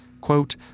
quote